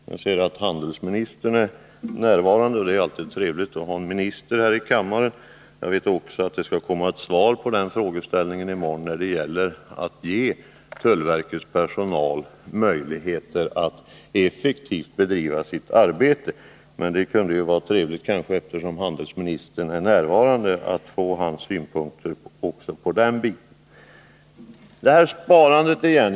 Jag ser att handelsministern är närvarande. Det är alltid trevligt att ha en minister här i kammaren. Visserligen vet jag att svar kommer att lämnas i morgon när det gäller möjligheterna för tullverkets personal att effektivt bedriva sitt arbete. Men eftersom handelsministern ändå är här kunde det vara trevligt att höra vilka synpunkter han har i det avseendet.